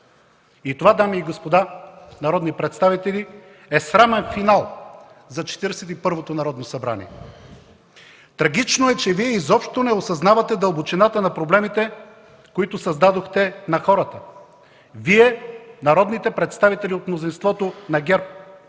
Това, дами и господа народни представители, е срамен финал за 41-то Народно събрание. Трагично е, че Вие изобщо не осъзнавате дълбочината на проблемите, които създадохте на хората – Вие, народните представители от мнозинството на ГЕРБ